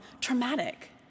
traumatic